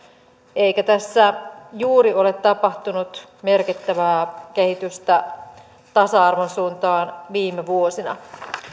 eikä tässä juuri ole tapahtunut merkittävää kehitystä tasa arvon suuntaan viime vuosina